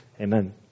Amen